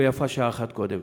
ויפה שעה אחת קודם.